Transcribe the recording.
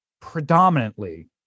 predominantly